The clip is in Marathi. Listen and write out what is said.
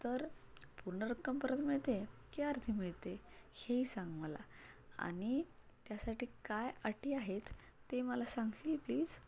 तर पूर्ण रक्कम परत मिळते की अर्धी मिळते हेही सांग मला आणि त्यासाठी काय अटी आहेत ते मला सांगशील प्लीज